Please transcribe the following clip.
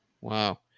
Wow